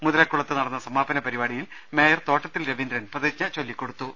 മുതലക്കുളത്ത് നടന്ന സമാപന പരിപാടിയിൽ മേയർ തോ ട്ടത്തിൽ രവീന്ദ്രൻ പ്രതിജ്ഞ ചൊല്ലിക്കൊടുത്തു